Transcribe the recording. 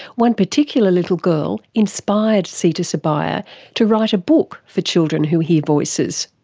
one particular little girl inspired seetha subbiah to write a book for children who hear voices.